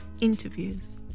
interviews